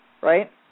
Right